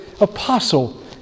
apostle